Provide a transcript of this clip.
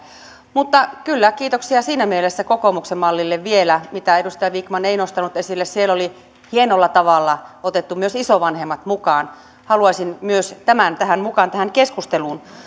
mutta kyllä kiitoksia siinä mielessä kokoomuksen mallille vielä mitä edustaja vikman ei nostanut esille että siellä oli hienolla tavalla otettu myös isovanhemmat mukaan haluaisin myös tämän mukaan tähän keskusteluun